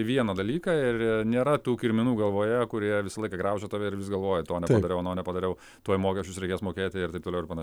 į vieną dalyką ir nėra tų kirminų galvoje kurie visą laiką graužia tave ir vis galvoji to nepadariau ano nepadariau tuoj mokesčius reikės mokėti ir taip toliau ir panaš